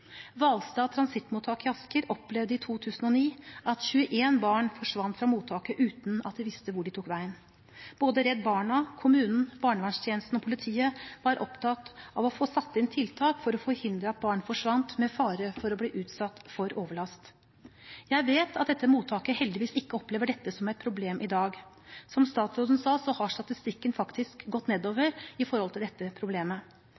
transittmottak i Asker opplevde i 2009 at 21 barn forsvant fra mottaket uten at de visste hvor de tok veien. Både Redd Barna, kommunen, barnevernstjenesten og politiet var opptatt av å få satt inn tiltak for å forhindre at barn forsvant med fare for å bli utsatt for overlast. Jeg vet at dette mottaket heldigvis ikke opplever dette som et problem i dag. Som statsråden sa, så har statistikken faktisk gått nedover når det gjelder dette problemet.